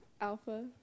Alpha